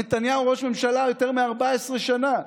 נתניהו ראש ממשלה יותר מ-14 שנה.